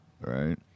Right